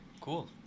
Cool